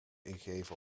ingeven